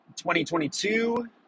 2022